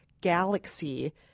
galaxy